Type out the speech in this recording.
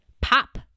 pop